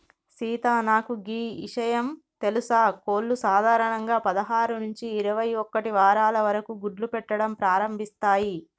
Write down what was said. సీత నాకు గీ ఇషయం తెలుసా కోళ్లు సాధారణంగా పదహారు నుంచి ఇరవై ఒక్కటి వారాల వరకు గుడ్లు పెట్టడం ప్రారంభిస్తాయి